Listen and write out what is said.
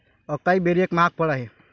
acai berry एक महाग फळ आहे